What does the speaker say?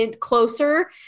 closer